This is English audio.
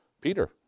Peter